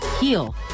heal